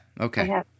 okay